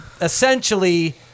Essentially